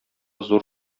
зур